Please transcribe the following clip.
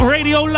Radio